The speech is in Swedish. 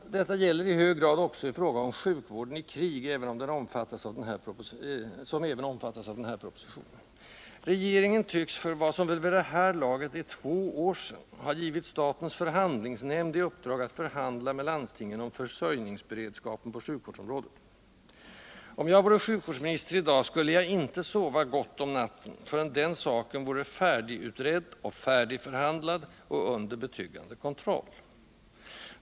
Detta gäller i hög grad också i fråga om sjukvården i krig, som även den omfattas av den här propositionen. Regeringen tycks för vad som väl vid det här laget är två år sen ha givit statens förhandlingsnämnd i uppdrag att förhandla med landstingen om försörjningsberedskapen på sjukvårdsområdet. Om jag vore sjukvårdsminister i dag skulle jag inte sova gott om natten, förrän den saken vore färdigutredd och färdigförhandlad samt under betryggande kontroll.